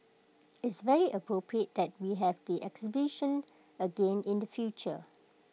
it's very appropriate that we have the exhibition again in the future